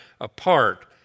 apart